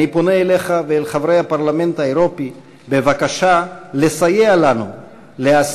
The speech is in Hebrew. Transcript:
אני פונה אליך ואל חברי הפרלמנט האירופי בבקשה לסייע לנו להסיר